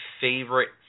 favorite